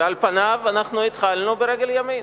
ועל פניו אנחנו התחלנו ברגל ימין,